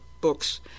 books